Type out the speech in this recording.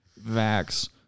Vax